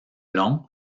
long